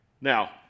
Now